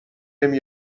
نمی